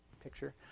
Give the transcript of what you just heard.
picture